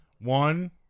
One